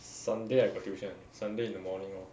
sunday I got tuition sunday in the morning lor